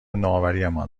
نوآوریمان